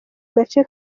gace